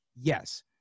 Yes